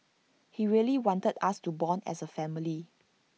he really wanted us to Bond as A family